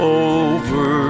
over